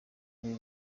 ibi